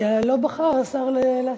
כי השר לא בחר להשיב.